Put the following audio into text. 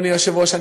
אדוני היושב-ראש,